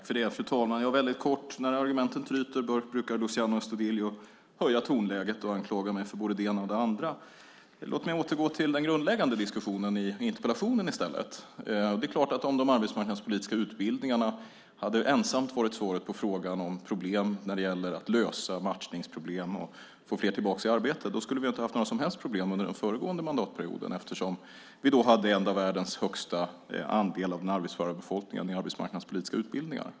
Fru talman! När argumenten tryter brukar Luciano Astudillo höja tonläget och anklaga mig för både det ena och det andra. Låt mig i stället återgå till den grundläggande diskussionen i interpellationen. Det är klart att om de arbetsmarknadspolitiska utbildningarna ensamma hade varit svaret på frågan om att lösa matchningsproblem och få fler tillbaka i arbete skulle vi inte ha haft några som helst problem under den föregående mandatperioden eftersom vi då hade en av världens högsta andel av den arbetsföra befolkningen i arbetsmarknadspolitiska utbildningar.